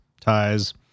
ties